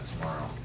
tomorrow